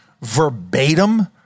verbatim